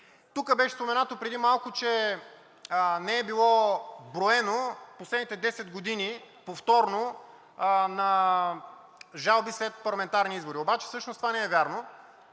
Тук беше споменато преди малко, че не е било броено последните десет години повторно на жалби след парламентарни избори, обаче всъщност това не е вярно.